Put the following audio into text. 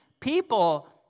People